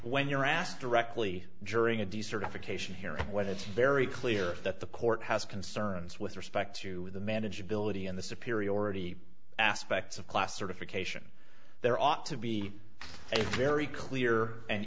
when you're asked directly during a decertification hearing whether it's very clear that the court has concerns with respect to the manageability and the superiority aspects of class certification there ought to be a very clear and